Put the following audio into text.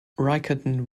riccarton